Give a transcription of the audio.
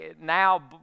now